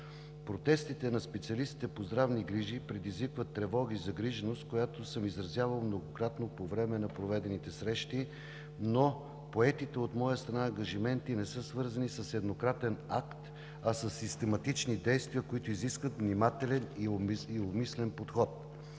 протестите на специалистите по здравни грижи предизвикват тревога и загриженост, която съм изразявал многократно по време на проведените срещи, но поетите от моя страна ангажименти не са свързани с еднократен акт, а със систематични действия, които изискват внимателен и обмислен подход.